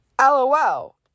LOL